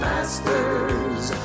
Masters